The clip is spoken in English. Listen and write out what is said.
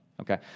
okay